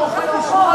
עם שר האוצר?